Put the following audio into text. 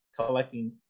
collecting